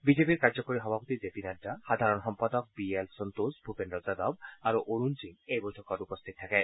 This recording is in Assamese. বিজেপিৰ কাৰ্যকৰী সভাপতি জেপি নাড্ডা সাধাৰণ সম্পাদক বিএল সন্তোষ ভ়পেন্দ্ৰ যাদৱ আৰু অৰুণ সিং এই বৈঠকত উপস্থিত থাকে